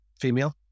female